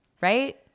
right